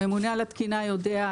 הממונה על התקינה יודע,